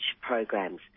programs